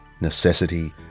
necessity